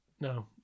No